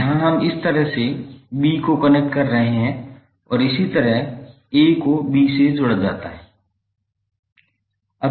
यहाँ हम इस तरह से b को कनेक्ट कर रहे हैं और इसी तरह a को b से जोड़ा जाता है